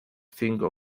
cinco